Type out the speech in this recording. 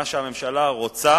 מה שהממשלה רוצה